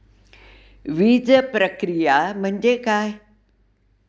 बीजप्रक्रिया म्हणजे काय?